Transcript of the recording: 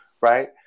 right